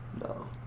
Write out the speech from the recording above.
no